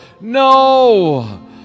no